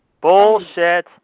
Bullshit